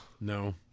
No